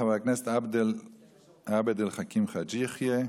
חבר הכנסת עבד אל חכים חאג' יחיא,